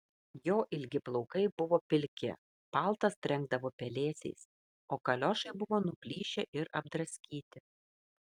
jo ilgi plaukai buvo pilki paltas trenkdavo pelėsiais o kaliošai buvo nuplyšę ir apdraskyti